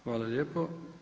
Hvala lijepo.